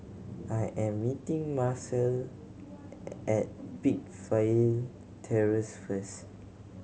I am meeting Marcel at Peakville Terrace first